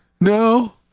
No